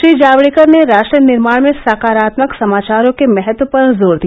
श्री जावडेकर ने राष्ट्र निर्माण में सकारात्मक समाचारो के महत्व पर जोर दिया